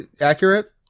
accurate